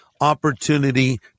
opportunity